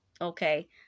Okay